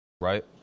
right